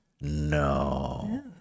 No